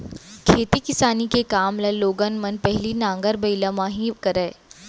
खेती किसानी के काम ल लोगन मन पहिली नांगर बइला म ही करय